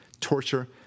torture